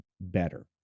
better